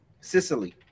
Sicily